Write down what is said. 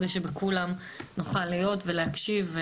כדי שבכולם נוכל להיות ולהקשיב,